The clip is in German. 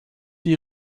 die